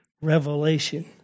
revelation